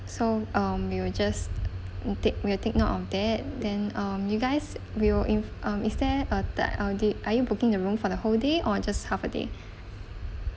so um we will just intake we'll take note of that then um you guys we will in um is there uh the uh did are you booking the room for the whole day or just half a day